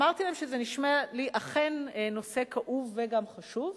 אמרתי להן שזה נשמע לי אכן נושא כאוב וגם חשוב,